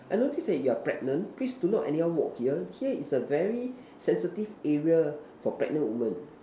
I notice that you're pregnant please do not anyhow walk here here is a very sensitive area for pregnant women